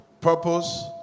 Purpose